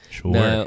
Sure